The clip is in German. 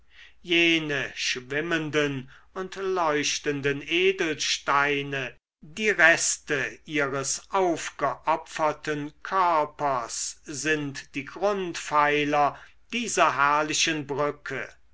jene schwimmenden und leuchtenden edelsteine die reste ihres aufgeopferten körpers sind die grundpfeiler dieser herrlichen brücke